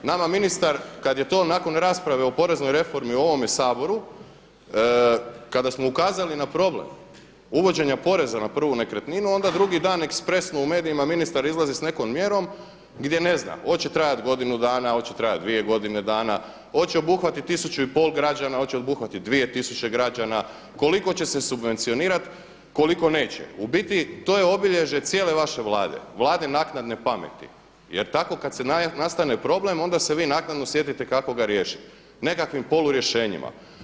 Nama ministar kada je to nakon rasprave o poreznoj reformi u ovome Saboru, kada smo ukazali na problem uvođenja poreza na prvu nekretninu onda drugi dan ekspresno u medijima ministar izlazi s nekom mjerom gdje ne znam, hoće trajati godinu dana, hoće trajati dvije godine dana, hoće obuhvatiti tisuću i pol građana, hoće obuhvatiti dvije tisuće građana, koliko će se subvencionirati, koliko neće, u biti to je obilježje cijele vaše Vlade, Vlade naknadne pameti jer tako kada nastane problem onda se vi naknadno sjetite kako ga riješiti, nekakvim polu rješenjima.